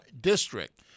district